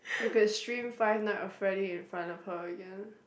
we could stream Five Night of Friday in front of her again